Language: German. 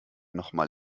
nochmal